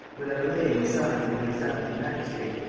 without obeying the summons of the examining-magistrate,